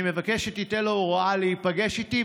אני מבקש שתיתן לו הוראה להיפגש איתי,